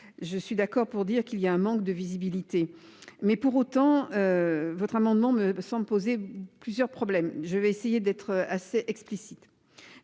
Je suis d'accord pour dire qu'il y a un manque de visibilité. Mais pour autant. Votre amendement me semble poser plusieurs problèmes. Je vais essayer d'être assez explicite.